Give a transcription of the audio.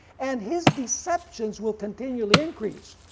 and his deceptions will continually increase.